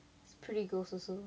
it's pretty gross also